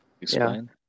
Explain